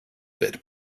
bit